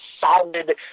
solid